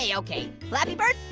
ah okay. flappy bird,